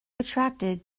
attracted